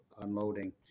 unloading